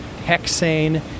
hexane